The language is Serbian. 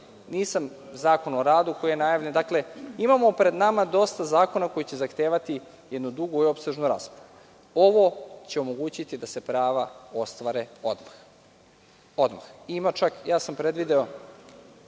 zakon o radu koji je najavljen. Dakle, imamo pred nama dosta zakona koji će zahtevati jednu dugu i opsežnu raspravu. Ovo će omogućiti da se prava ostvare odmah. Predvideo